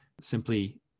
Simply